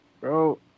Bro